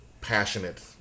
passionate